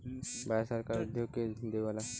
भारत सरकार उद्योग के देवऽला